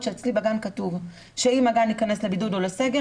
שאצלי בגן כתוב שאם הגן ייכנס לבידוד או לסגר,